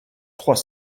trois